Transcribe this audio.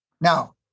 Now